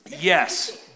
Yes